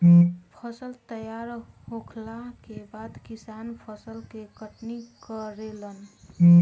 फसल तैयार होखला के बाद किसान फसल के कटनी करेलन